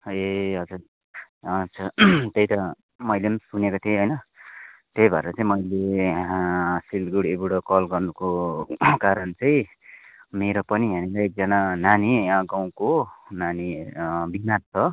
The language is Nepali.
ए हजुर अच्छा त्यही त मैले पनि सुनेको थिएँ होइन त्यही भएर चाहिँ मैले सिलगडीबाट कल गर्नुको कारण चाहिँ मेरो पनि यहाँनिर एकजना नानी यहाँ गाउँको नानी बिमार छ